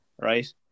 right